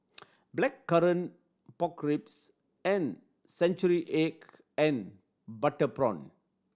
Blackcurrant Pork Ribs and century egg and butter prawn